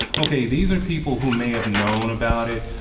ok. these are people who may have known about it,